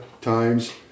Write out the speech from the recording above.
times